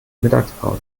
mittagspause